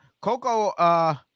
Coco